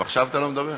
גם עכשיו אתה לא מדבר?